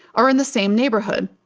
are in the same neighborhood.